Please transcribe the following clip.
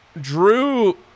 Drew